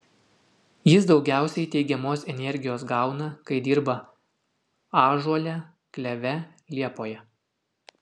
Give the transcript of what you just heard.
jis daugiausiai teigiamos energijos gauna kai dirba ąžuole kleve liepoje